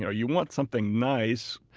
you want something nice